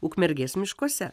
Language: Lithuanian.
ukmergės miškuose